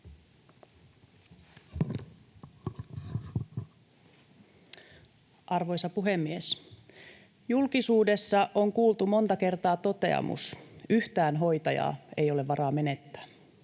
Arvoisa puhemies! Julkisuudessa on kuultu monta kertaa toteamus ”yhtään hoitajaa ei ole varaa menettää”.